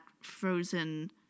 frozen